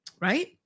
Right